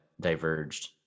diverged